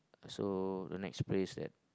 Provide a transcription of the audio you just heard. so the next place that